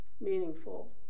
meaningful